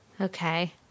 Okay